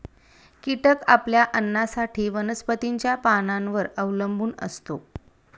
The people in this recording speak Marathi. कीटक आपल्या अन्नासाठी वनस्पतींच्या पानांवर अवलंबून असतो